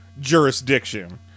jurisdiction